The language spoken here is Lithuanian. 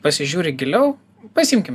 pasižiūri giliau pasiimkim